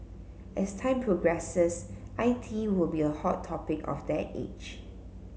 as time progresses I T will be a hot topic of that age